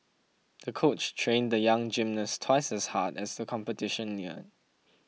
the coach trained the young gymnast twice as hard as the competition neared